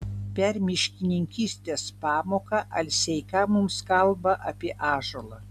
per miškininkystės pamoką alseika mums kalba apie ąžuolą